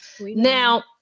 Now